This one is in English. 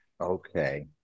Okay